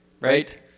right